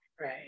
Right